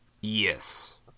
Yes